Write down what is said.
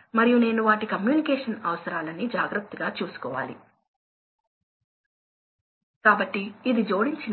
speed drive లను కొనుగోలు చేస్తారా అనేది ఈ డ్రైవ్లను కొనడానికి ఎంత డబ్బు అవసరం అనే దానిపై ఆధారపడి ఉంటుంది